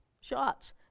shots